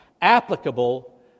applicable